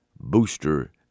booster